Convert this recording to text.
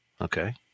Okay